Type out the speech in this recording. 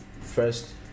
First